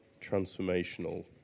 transformational